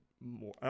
more